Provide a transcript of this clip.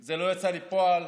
זה לא יצא לפועל.